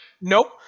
Nope